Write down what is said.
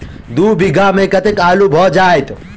दु बीघा मे कतेक आलु भऽ जेतय?